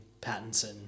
Pattinson